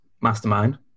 mastermind